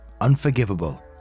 Unforgivable